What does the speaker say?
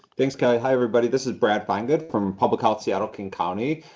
thanks, calli. hi, everybody. this is brad finegood from public health seattle king county.